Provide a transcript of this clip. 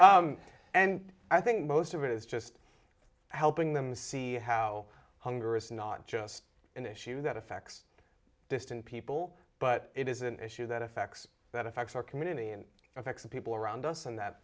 here and i think most of it is just helping them see how hunger is not just an issue that affects distant people but it is an issue that affects that affects our community and affects the people around us and that